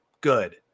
good